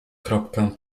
kropkę